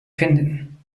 finden